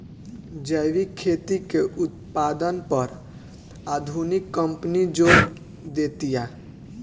जैविक खेती के उत्पादन पर आधुनिक कंपनी जोर देतिया